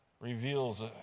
reveals